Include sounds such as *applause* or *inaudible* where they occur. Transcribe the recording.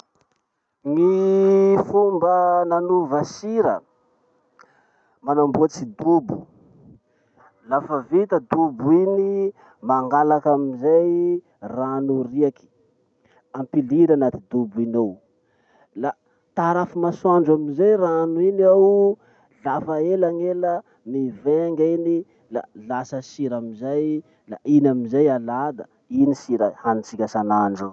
Gny fomba nanova sira. *noise* Manamboatsy dobo. Lafa vita dobo iny, mangalaky amizay rano riaky ampiliry anaty dobo iny ao. La tarafy masoandro amizay rano iny ao, lafa ela gn'ela, mivenga iny la lasa sira amizay la iny amizay alà da iny sira hanitsika isanandro io.